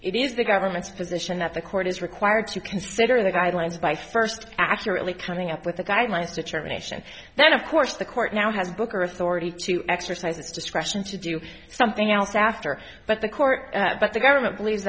it is the government's position that the court is required to consider the guidelines by first accurately coming up with a guy in my situation then of course the court now has a book or authority to exercise its discretion to do something else after but the court but the government believes